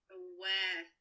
aware